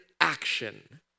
action